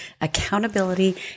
accountability